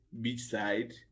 beachside